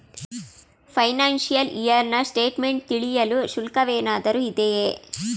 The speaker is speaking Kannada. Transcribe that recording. ಫೈನಾಶಿಯಲ್ ಇಯರ್ ನ ಸ್ಟೇಟ್ಮೆಂಟ್ ತಿಳಿಯಲು ಶುಲ್ಕವೇನಾದರೂ ಇದೆಯೇ?